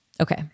okay